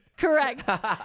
Correct